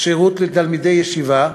שירות לתלמידי ישיבה.